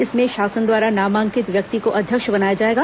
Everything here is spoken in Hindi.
इसमें शासन द्वारा नामांकित व्यक्ति को अध्यक्ष बनाया जाएगा